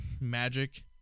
Magic